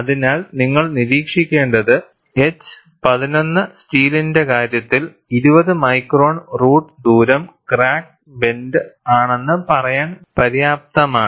അതിനാൽ നിങ്ങൾ നിരീക്ഷിക്കേണ്ടത് എച്ച് 11 സ്റ്റീലിന്റെ കാര്യത്തിൽ 20 മൈക്രോൺ റൂട്ട് ദൂരം ക്രാക്ക് ബ്ലെൻന്റ ആണെന്ന് പറയാൻ പര്യാപ്തമാണ്